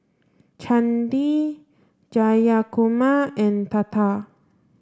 Chandi Jayakumar and Tata